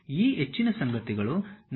ಈ ಹೆಚ್ಚಿನ ಸಂಗತಿಗಳು ನಡೆಯುವ ವಿಧಾನ ಇದು